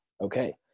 Okay